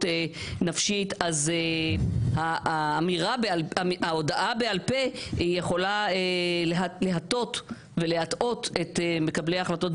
נפשית אז ההודעה בעל פה יכולה להטות ולהטעות את מקבלי ההחלטות,